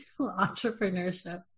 entrepreneurship